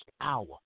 hour